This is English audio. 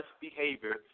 behavior